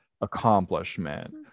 accomplishment